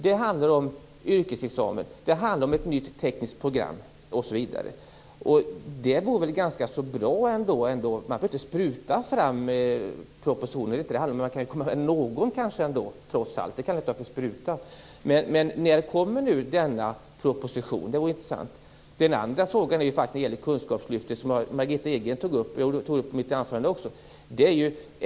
Det handlar om yrkesexamen. Det handlar om ett nytt tekniskt program osv. Man behöver inte spruta fram propositioner om detta, det är inte vad det handlar om. Men man kan väl komma med någon proposition i alla fall? Det kallar inte jag för att spruta fram. När kommer denna proposition? Det vore intressant att få veta. Den andra frågan gäller kunskapslyftet, det som Margitta Edgren tog upp, och som jag också tog upp i mitt anförande.